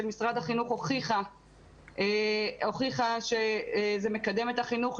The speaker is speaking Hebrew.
משרד החינוך הוכיחה שזה מקדם את החינוך.